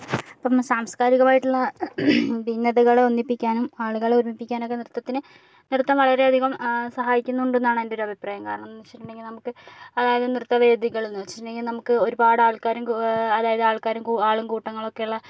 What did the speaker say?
ഇപ്പം സാംസ്കാരികമായിട്ടുള്ള ഭിന്നതകളെ ഒന്നിപ്പിക്കാനും ആളുകളെ ഒരുമിപ്പിക്കാനും നൃത്തത്തിന് അടുത്ത വളരെയധികം സഹായിക്കുന്നുണ്ട് എന്നാണ് എൻ്റെ ഒരഭിപ്രായം കാരണം എന്ന് വെച്ചിട്ടുണ്ടെങ്കിൽ നമുക്ക് അതായത് നൃത്ത വേദികള്ന്ന് വെച്ചിട്ടുണ്ടെങ്കിൽ നമുക്ക് ഒരുപാട് ആൾക്കാരും അതായത് ആൾക്കാരും ആളും കൂട്ടങ്ങളും ഒക്കെയുള്ള